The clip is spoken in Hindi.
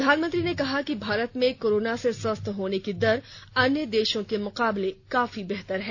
प्रधानमंत्री ने कहा कि भारत में कोरोना से स्वस्थ होने की दर अन्य देशों के मुकाबले काफी बेहतर है